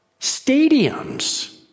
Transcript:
stadiums